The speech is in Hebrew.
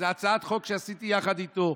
זו הצעת חוק שעשיתי יחד איתו,